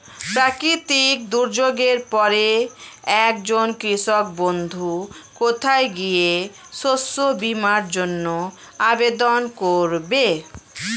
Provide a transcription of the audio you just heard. প্রাকৃতিক দুর্যোগের পরে একজন কৃষক বন্ধু কোথায় গিয়ে শস্য বীমার জন্য আবেদন করবে?